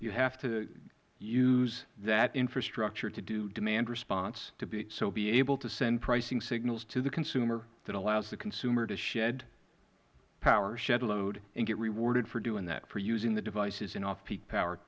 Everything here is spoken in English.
you have to use that infrastructure to do demand response so be able to send pricing signals to the consumer that allows the consumer to shed power shed load and get rewarded for doing that for using the devices in off peak power